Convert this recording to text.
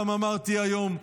גם אמרתי היום,